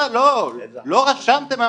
'לא רשמתם,